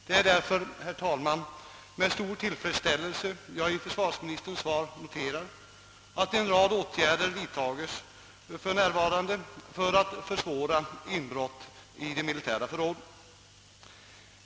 Det är därför, herr talman, med stor tillfredsställelse som jag i försvarsministerns svar noterar att en rad åtgärder för närvarande vidtages för att försvåra inbrott i de militära förråden.